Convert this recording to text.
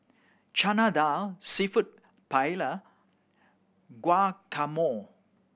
Chana Dal Seafood Paella Guacamole